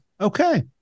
okay